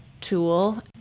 tool